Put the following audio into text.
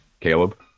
Caleb